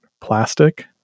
plastic